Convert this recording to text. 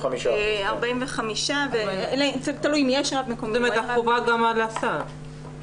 45%. זה תלוי אם יש רב מקומי או אין רב מקומי.